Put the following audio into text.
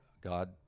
God